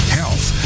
health